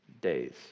days